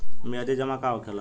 मियादी जमा का होखेला?